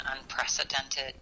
unprecedented